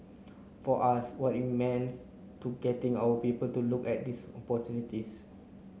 for us what it means to getting our people to look at this opportunities